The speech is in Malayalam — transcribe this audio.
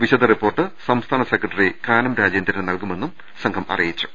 വിശദ റിപ്പോർട്ട് സംസ്ഥാന സെക്രട്ടറി കാനം രാജേന്ദ്രന് നൽകു മെന്നും സംഘം അറിയിച്ചു